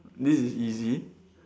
this is easy